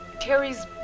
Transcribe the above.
Terry's